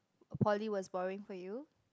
poly was boring for you